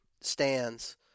stands